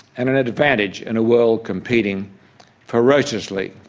and an advantage in a world competing ferociously